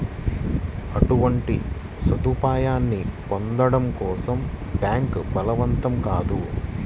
అటువంటి సదుపాయాన్ని పొందడం కోసం బ్యాంక్ బలవంతం కాదు